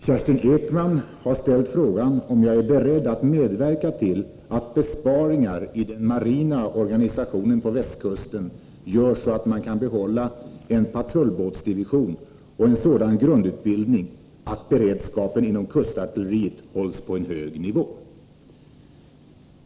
Kerstin Ekman har ställt frågan om jag är beredd att medverka till att besparingar i den marina organisationen på västkusten görs så, att man kan behålla en patrullbåtsdivision och sådan grundutbildning att beredskapen inom kustartilleriet hålls på en hög nivå.